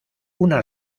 una